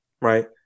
right